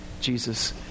Jesus